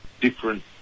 different